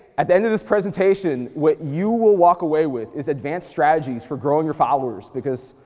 at the end of this presentation, what you will walk away with is advanced strategies for growing your followers because,